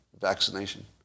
vaccination